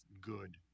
good